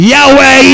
Yahweh